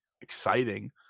exciting